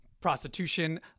prostitution